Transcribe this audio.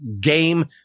game